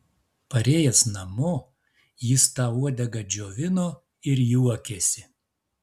parėjęs namo jis tą uodegą džiovino ir juokėsi